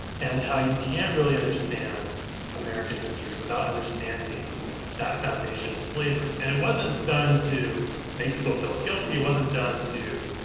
and how you can't really understand american history without understanding that foundation of slavery. and it wasn't done to make people feel guilty. it wasn't done to